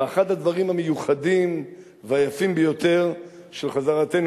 ואחד הדברים המיוחדים והיפים ביותר בחזרתנו